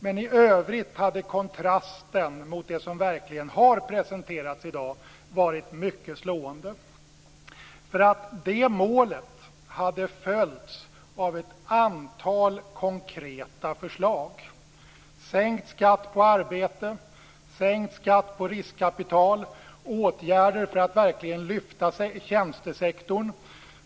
Men i övrigt hade kontrasten mot det som verkligen har presenterats i dag varit mycket slående. Det målet hade följts av ett antal konkreta förslag: sänkt skatt på arbete, sänkt skatt på riskkapital och åtgärder för att verkligen lyfta tjänstesektorn.